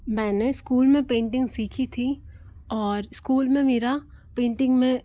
मैंने स्कूल में पेटिंग सीखी थी और स्कूल में मेरा पेंटिंग में